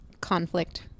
conflict